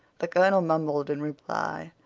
the colonel mumbled in reply.